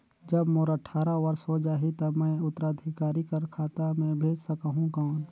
जब मोर अट्ठारह वर्ष हो जाहि ता मैं उत्तराधिकारी कर खाता मे भेज सकहुं कौन?